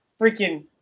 freaking